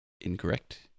Incorrect